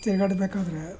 ತಿರುಗಾಡ್ಬೇಕಾದ್ರೆ